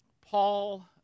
Paul